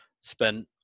spent